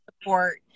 support